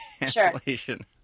cancellation